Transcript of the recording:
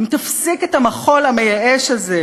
אם תפסיק את המחול המייאש הזה,